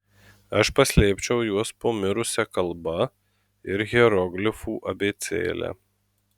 aš paslėpčiau juos po mirusia kalba ir hieroglifų abėcėle